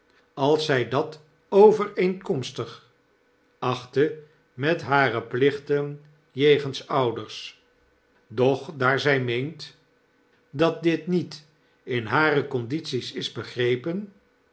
als zij dat overeenkomstig achtte met hare plichten jegens ouders doch daar zy meent dat dit niet in hare condities is begrepen